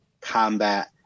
combat